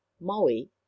MAUI